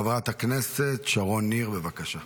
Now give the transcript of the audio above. חברת הכנסת שרון ניר, בבקשה.